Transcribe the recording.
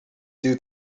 due